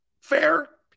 Fair